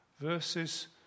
verses